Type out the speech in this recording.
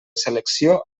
selecció